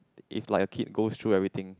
if like a kid goes through everything